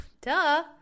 Duh